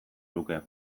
luke